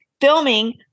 filming